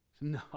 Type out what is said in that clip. No